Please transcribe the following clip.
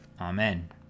Amen